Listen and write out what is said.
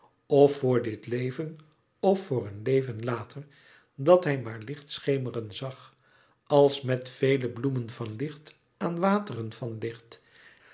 of voor dit leven of voor een leven later dat hij maar lichtschemeren zag als met vele bloemen van licht aan wateren van licht